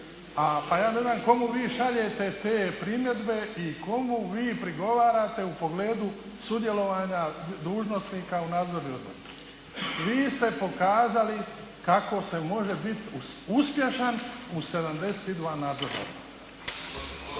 pa ja ne znam komu vi šaljete te primjedbe i komu vi prigovarate u pogledu sudjelovanja dužnosnika u nadzornim odborima. Vi ste pokazali kako se može biti uspješan u 72 nadzorna